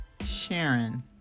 Sharon